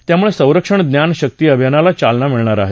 यामुळे संरक्षण ज्ञान शक्ती अभियानाला चालना मिळणार आहे